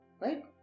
Right